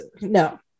No